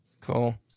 Cool